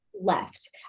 left